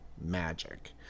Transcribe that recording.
magic